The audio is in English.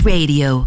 Radio